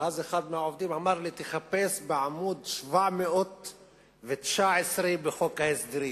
ואז אחד מהעובדים אמר לי: תחפש בעמוד 719 בחוק ההסדרים,